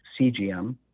CGM